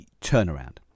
turnaround